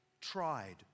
tried